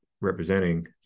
representing